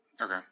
Okay